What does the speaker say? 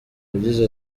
yagize